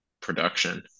production